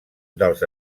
dels